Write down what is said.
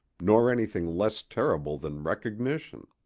nor anything less terrible than recognition.